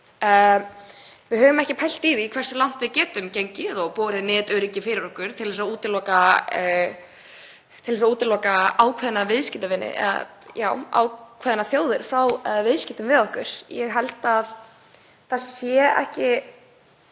Við höfum ekki pælt í því hversu langt við getum gengið og borið netöryggi fyrir okkur til þess að útiloka ákveðna viðskiptavini eða ákveðnar þjóðir frá viðskiptum við okkur. Ég held að það sé ekki